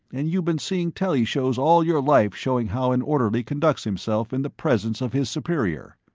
and you've been seeing telly shows all your life showing how an orderly conducts himself in the presence of his superior.